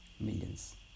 millions